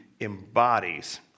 embodies